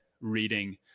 reading